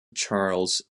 charles